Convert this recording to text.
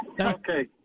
Okay